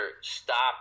stop